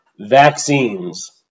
vaccines